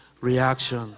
reaction